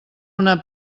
una